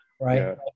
right